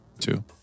two